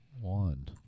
One